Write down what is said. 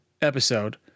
episode